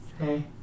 Hey